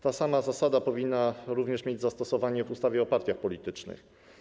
Ta sama zasada powinna również mieć zastosowanie w ustawie o partiach politycznych.